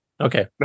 Okay